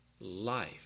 life